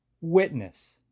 witness